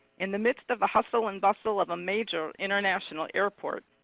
in the midst of the hustle and bustle of a major international airport,